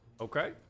Okay